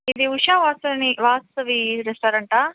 ఇది ఉషా వాసని వాసవి రెస్టారెంటా